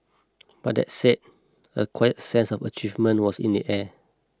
but that said a quiet sense of achievement was in the air